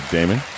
Damon